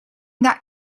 that